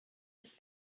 ist